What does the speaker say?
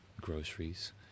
groceries